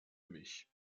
mich